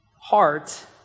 heart